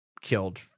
killed